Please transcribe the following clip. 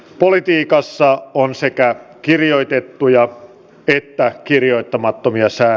politiikassa on sekä kirjoitettuja viittaa kirjoittamattomia sää